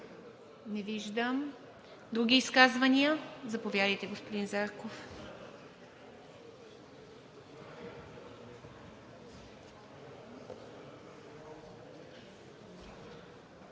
Не виждам. Други изказвания? Заповядайте, господин Зарков.